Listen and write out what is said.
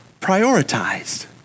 prioritized